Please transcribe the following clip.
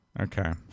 Okay